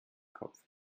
kopf